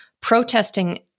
protesting